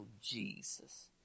Jesus